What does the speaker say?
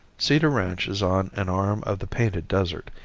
cedar ranch is on an arm of the painted desert,